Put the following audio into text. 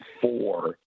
four